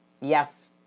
yes